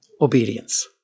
Obedience